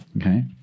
okay